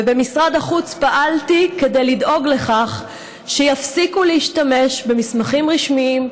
ובמשרד החוץ פעלתי כדי לדאוג לכך שיפסיקו להשתמש במסמכים רשמיים,